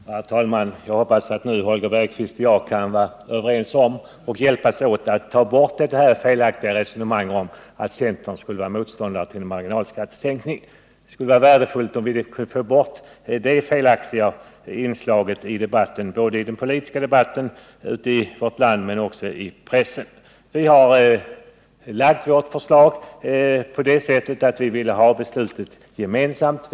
Herr talman! Jag hoppas att Holger Bergqvist och jag nu kan vara överens om att vi skall försöka få bort det felaktiga resonemanget om att centern skulle vara motståndare till en marginalskattesänkning. Det skulle vara värdefullt om det osakliga inslaget i den politiska debatten, inte minst den som förs i pressen, försvann. Det förslag som vi lagt fram förutsätter ett samlat beslut avseende hela detta område.